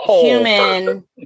human